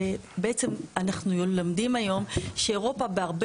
בעצם אנחנו לומדים היום שאירופה בהרבה